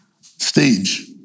stage